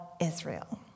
Israel